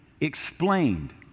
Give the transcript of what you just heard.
explained